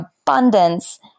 abundance